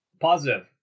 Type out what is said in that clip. Positive